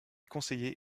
conseiller